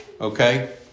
Okay